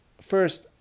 first